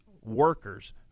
workers